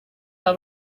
baba